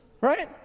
right